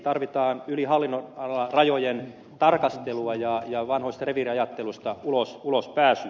tarvitaan yli hallinnonalarajojen tarkastelua ja vanhoista reviiriajatteluista ulospääsyä